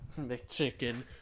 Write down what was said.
McChicken